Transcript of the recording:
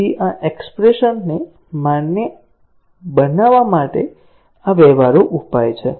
તેથી આ એક્ષ્પ્રેશન ને માન્ય બનાવવા માટે આ વ્યવહારુ ઉપાય છે